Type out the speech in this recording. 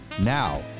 Now